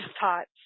thoughts